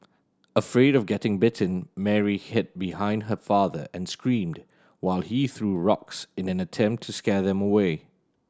afraid of getting bitten Mary hid behind her father and screamed while he threw rocks in an attempt to scare them away